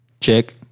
Check